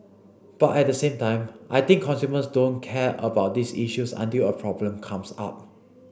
but at the same time I think consumers don't care about these issues until a problem comes up